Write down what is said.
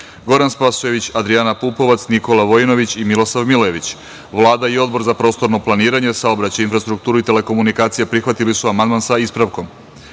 Goran Spasojević, Adrijana Pupovac, Nikola Vojinović i Milosav Milojević. Vlada i Odbor za prostorno planiranje, saobraćaj, infrastrukturu i telekomunikacije prihvatili su amandman sa ispravkom. Odbor